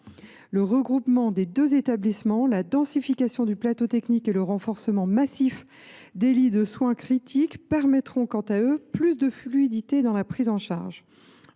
Le regroupement des deux établissements, la densification du plateau technique et le renforcement massif des lits de soins critiques permettront quant à eux d’améliorer la fluidité de la prise en charge.